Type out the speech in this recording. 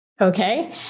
Okay